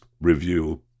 review